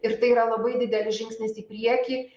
ir tai yra labai didelis žingsnis į priekį